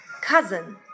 cousin